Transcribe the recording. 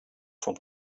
from